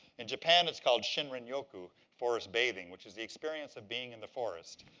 in japan, it's called shinrin-yoku forest bathing which is the experience of being in the forest.